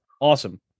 awesome